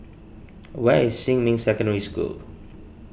where is Xinmin Secondary School